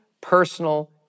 personal